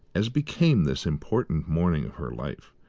as became this important morning of her life.